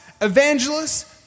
evangelists